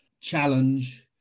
challenge